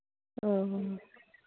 ꯑ ꯍꯣꯏ ꯍꯣꯏ